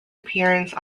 appearance